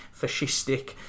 fascistic